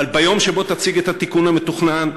אבל ביום שבו תציג את התיקון המתוכנן,